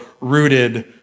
rooted